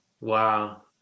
Wow